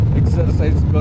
exercise